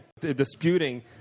disputing